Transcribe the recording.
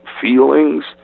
feelings